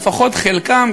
לפחות חלקן,